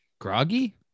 Groggy